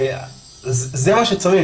זה מה שצריך,